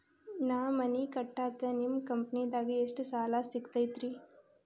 ನಾ ಮನಿ ಕಟ್ಟಾಕ ನಿಮ್ಮ ಕಂಪನಿದಾಗ ಎಷ್ಟ ಸಾಲ ಸಿಗತೈತ್ರಿ?